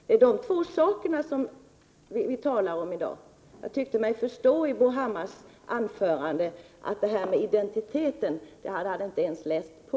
Det är de två sakerna vi talar om i dag. Jag tycker mig förstå av Bo Hammars anförande att detta med identiteten hade han inte ens läst på.